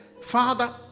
Father